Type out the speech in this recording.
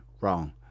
wrong